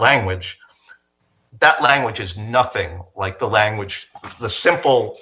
language that language is nothing like the language the simple